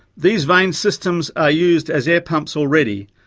these vane systems are used as air pumps already,